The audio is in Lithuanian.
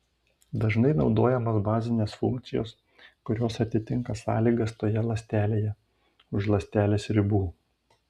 dažnai naudojamos bazinės funkcijos kurios atitinka sąlygas toje ląstelėje už ląstelės ribų